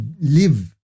live